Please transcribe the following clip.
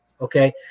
Okay